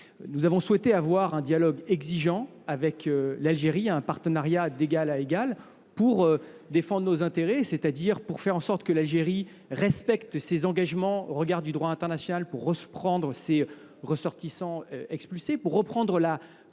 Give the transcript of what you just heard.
Nous avons souhaité avoir un dialogue exigeant avec l'Algérie, un partenariat d'égal à égal, pour défendre nos intérêts, c'est-à-dire pour faire en sorte que l'Algérie respecte ses engagements au regard du droit international, pour reprendre ses ressortissants expulsés, pour reprendre la